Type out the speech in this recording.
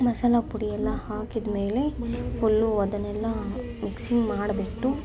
ಮಸಾಲ ಪುಡಿ ಎಲ್ಲ ಹಾಕಿದ್ಮೇಲೆ ಫುಲ್ಲು ಅದನ್ನೆಲ್ಲ ಮಿಕ್ಸಿಂಗ್ ಮಾಡ್ಬಿಟ್ಟು